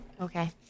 Okay